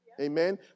Amen